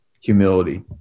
humility